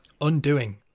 Undoing